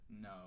No